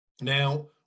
Now